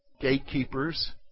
Gatekeepers